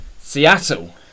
Seattle